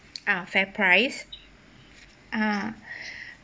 ah FairPrice ah